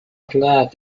glad